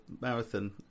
marathon